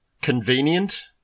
convenient